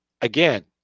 again